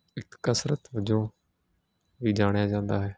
ਇੱਕ ਕਸਰਤ ਵਜੋਂ ਵੀ ਜਾਣਿਆ ਜਾਂਦਾ ਹੈ